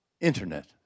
internet